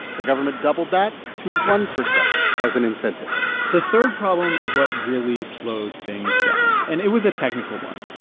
the government doubled that to one percent as an incentive the third problem is what really slowed things down, and it was a technical one.